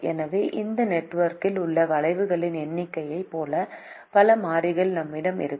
எனவே இந்த நெட்வொர்க்கில் உள்ள வளைவுகளின் எண்ணிக்கையைப் போல பல மாறிகள் நம்மிடம் இருக்கும்